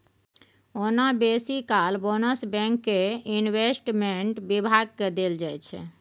ओना बेसी काल बोनस बैंक केर इंवेस्टमेंट बिभाग केँ देल जाइ छै